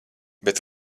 bet